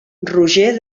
roger